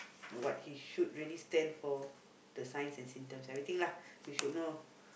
what he should really stand for the signs and symptoms everything lah you should know